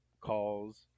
calls